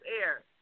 air